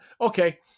okay